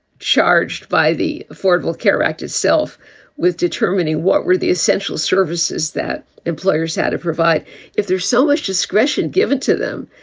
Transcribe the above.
charged by the affordable care act itself with determining what were the essential services that employers had to provide if there's so much discretion given to them.